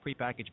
prepackaged